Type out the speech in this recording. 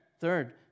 third